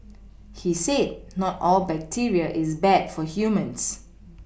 he said not all bacteria is bad for humans